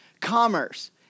commerce